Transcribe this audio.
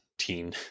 Teen